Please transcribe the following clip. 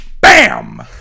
Bam